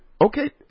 Okay